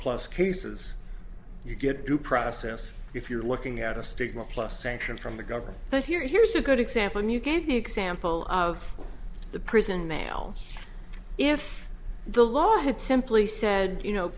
plus cases you get due process if you're looking at a stigma plus sanctions from the government but here here's a good example and you gave the example of the prison nails if the law had simply said you know